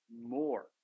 more